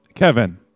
Kevin